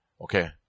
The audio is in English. Okay